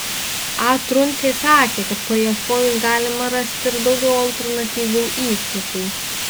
a truncė sakė kad paieškojus galima rasti ir daugiau alternatyvių įskiepių